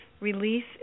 release